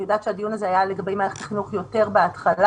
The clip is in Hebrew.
אני יודעת שהדיון הזה היה לגבי מערכת החינוך יותר בהתחלה,